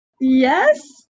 Yes